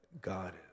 God